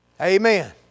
Amen